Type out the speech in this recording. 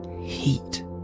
Heat